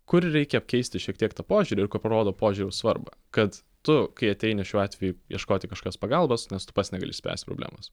kur reikia apkeisti šiek tiek tą požiūrį ir ko parodo požiūrio svarbą kad tu kai ateini šiuo atveju ieškoti kažkokios pagalbos nes tu pats negali išspręsti problemos